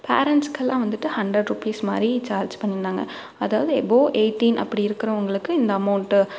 பேரன்ட்ஸ்கெல்லாம் வந்துட்டு hundred rupees மாதிரி charge பண்ணினாங்க அதாவது எபோ எயிட்டின் அப்படி இருக்கிறவுங்களுக்கு இந்த அமௌண்ட்டு